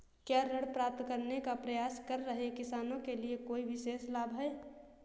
क्या ऋण प्राप्त करने का प्रयास कर रहे किसानों के लिए कोई विशेष लाभ हैं?